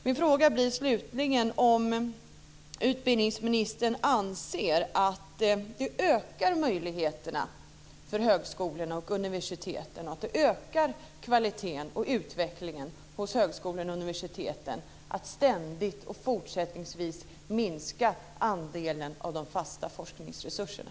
Min fråga blir slutligen om utbildningsministern anser att det ökar möjligheterna för högskolor och universitet, att det förbättrar kvaliteten och utvecklingen inom högskolor och universitet, att man ständigt och fortsättningsvis minskar andelen av de fasta forskningsresurserna?